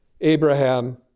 Abraham